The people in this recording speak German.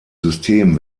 system